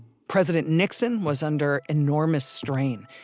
president nixon was under enormous strain,